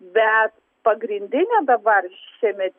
bet pagrindinė dabar šiemet